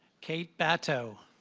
kate batto